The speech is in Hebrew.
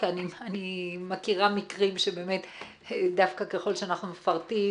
כי אני מכירה מקרים שבאמת דווקא ככל שאנחנו מפרטים,